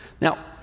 Now